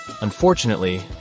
Unfortunately